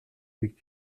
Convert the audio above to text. très